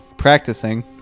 Practicing